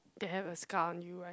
that have a scar on you right